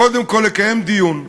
קודם כול לקיים דיון.